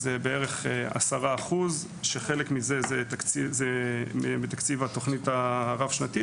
זה בערך 10%. חלק זה מתקציב התוכנית הרב-שנתית